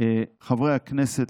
חברי הכנסת,